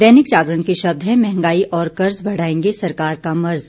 दैनिक जागरण के शब्द हैं महंगाई और कर्ज बढ़ाएंगे सरकार का मर्ज